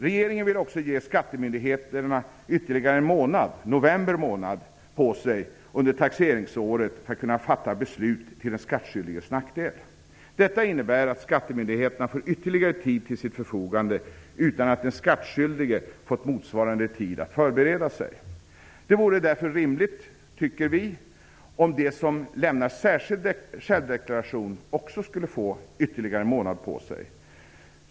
Regeringen vill också ge skattemyndigheterna ytterligare en månad, november månad, på sig för att under taxeringsåret kunna fatta beslut till den skattskyldiges nackdel. Detta innebär att skattemyndigheterna får ytterligare tid till sitt förfogande, utan att den skattskyldige fått motsvarande tid för att förbereda sig. Vi moderater tycker därför att det vore rimligt att också den som lämnar särskild självdeklaration skulle få ytterligare en månad på sig.